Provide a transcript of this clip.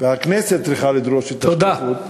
והכנסת צריכה לדרוש את השקיפות, תודה.